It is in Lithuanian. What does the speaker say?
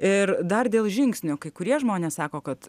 ir dar dėl žingsnių kai kurie žmonės sako kad